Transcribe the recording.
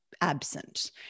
absent